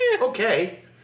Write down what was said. okay